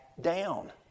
down